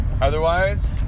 Otherwise